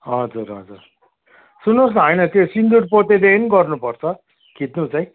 हजुर हजुर सुन्नुहोस् न होइन त्यो सिन्दुर पोतेदेखि गर्नुपर्छ खिच्नु चाहिँ